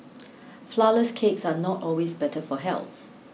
flourless cakes are not always better for health